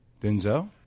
Denzel